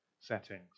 settings